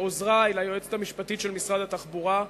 לעוזרי, ליועצת המשפטית של משרד התחבורה.